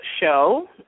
show